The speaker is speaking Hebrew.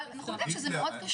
אבל אנחנו יודעים שזה קשה מאוד.